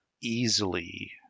easily